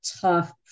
tough